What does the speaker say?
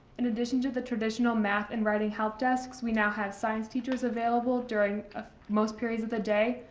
in addition to the traditional math and writing help desks we now have science teachers available during most periods of the day,